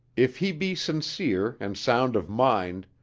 if he be sincere and sound of mind,